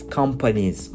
companies